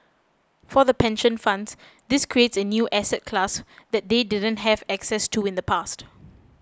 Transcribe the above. for the pension funds this creates a new asset class that they didn't have access to in the past